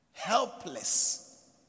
Helpless